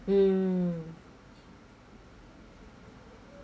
mm